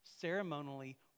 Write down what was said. ceremonially